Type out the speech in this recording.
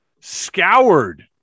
scoured